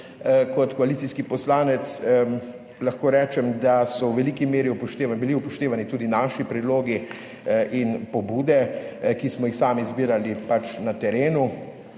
Kot koalicijski poslanec lahko rečem, da so bili v veliki meri upoštevani tudi naši predlogi in pobude, ki smo jih sami zbirali na terenu,